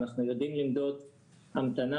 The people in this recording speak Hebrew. אנחנו יודעים למדוד המתנה,